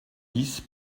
bis